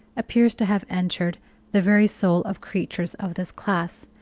appears to have entered the very soul of creatures of this class,